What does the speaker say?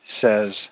says